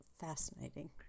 fascinating